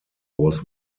was